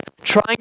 trying